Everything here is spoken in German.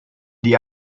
die